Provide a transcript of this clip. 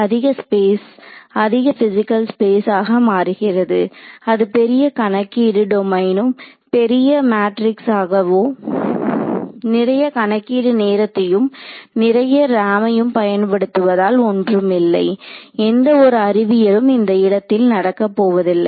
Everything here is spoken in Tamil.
அதிக ஸ்பேஸ் அதிக பிசிக்கல் ஸ்பேஸ் ஆக மாறுகிறது அது பெரிய கணக்கீடு டொமைன்னும் பெரிய மேட்ரிக்ஸ் ஆகவே நிறைய கணக்கீடு நேரத்தையும் நிறைய RAM யும் பயன்படுத்துவதால் ஒன்றும் இல்லை எந்த ஒரு அறிவியலும் இந்த இடத்தில் நடக்கப் போவதில்லை